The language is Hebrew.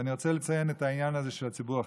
ואני רוצה לציין את העניין הזה של הציבור החרדי.